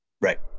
Right